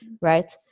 right